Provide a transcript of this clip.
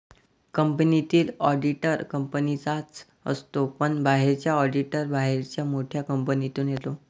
कंपनीतील ऑडिटर कंपनीचाच असतो पण बाहेरचा ऑडिटर बाहेरच्या मोठ्या कंपनीतून येतो